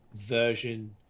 version